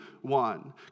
one